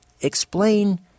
Explain